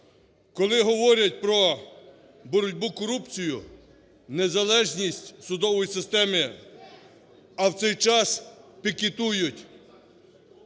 Коли говорять про боротьбу з корупцією, незалежність судової системи, а в цей час пікетують